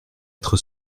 être